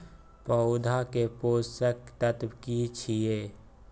पौधा के पोषक तत्व की छिये?